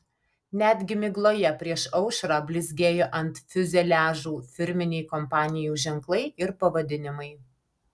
netgi migloje prieš aušrą blizgėjo ant fiuzeliažų firminiai kompanijų ženklai ir pavadinimai